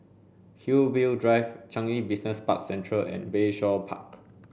Hillview Drive Changi Business Park Central and Bayshore Park